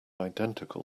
identical